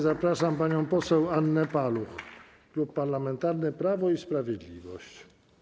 Zapraszam panią poseł Annę Paluch, Klub Parlamentarny Prawo i Sprawiedliwość.